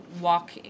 walk